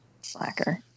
Slacker